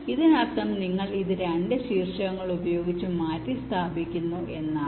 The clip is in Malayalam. ഇതിനർത്ഥം നിങ്ങൾ ഇത് 2 വെർട്ടിസസ് ഉപയോഗിച്ച് മാറ്റിസ്ഥാപിക്കുന്നു എന്നാണ്